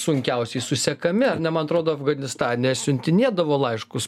sunkiausiai susekami na man atrodo afganistane siuntinėdavo laiškus